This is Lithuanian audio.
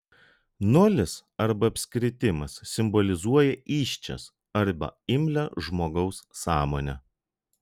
nulis arba apskritimas simbolizuoja įsčias arba imlią žmogaus sąmonę